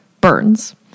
burns